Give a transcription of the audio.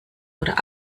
oder